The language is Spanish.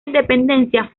independencia